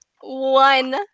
one